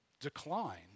decline